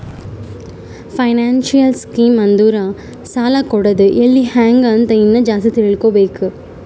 financial scheme ಅಂದುರ್ ಸಾಲ ಕೊಡದ್ ಎಲ್ಲಿ ಹ್ಯಾಂಗ್ ಅಂತ ಇನ್ನಾ ಜಾಸ್ತಿ ತಿಳ್ಕೋಬೇಕು